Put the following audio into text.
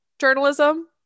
journalism